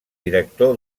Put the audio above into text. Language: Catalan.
director